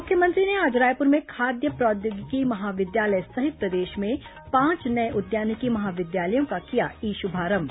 मुख्यमंत्री ने आज रायपुर में खाद्य प्रौद्योगिकी महाविद्यालय सहित प्रदेश में पांच नये उद्यानिकी महाविद्यालयों का किया ई शुभारंभ